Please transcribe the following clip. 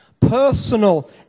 Personal